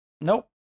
Nope